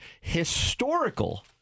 Historical